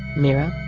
mirror